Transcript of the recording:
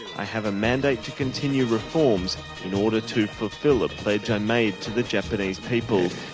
i have a mandate to continue reforms in order to fulfil a pledge i made to the japanese people.